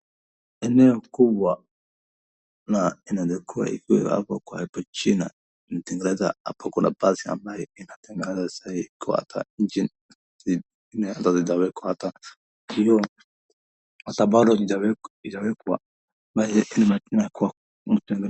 Eneo kubwa, na inatakiwa ikue hapo kwa mchina, imetengenezwa hapo kuna basi ambaye inatengenezwa sahii, ikiwa ata engine ikiwa ata haijawekwa ata hiyo na bado haijawekwa nayo jina kwa mtu.